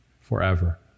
forever